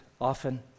often